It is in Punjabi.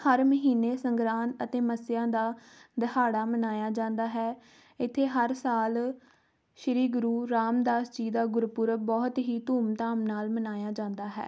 ਹਰ ਮਹੀਨੇ ਸੰਗਰਾਂਦ ਅਤੇ ਮੱਸਿਆ ਦਾ ਦਿਹਾੜਾ ਮਨਾਇਆ ਜਾਂਦਾ ਹੈ ਇੱਥੇ ਹਰ ਸਾਲ ਸ਼੍ਰੀ ਗੁਰੂ ਰਾਮਦਾਸ ਜੀ ਦਾ ਗੁਰਪੁਰਬ ਬਹੁਤ ਹੀ ਧੂਮਧਾਮ ਨਾਲ ਮਨਾਇਆ ਜਾਂਦਾ ਹੈ